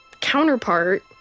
counterpart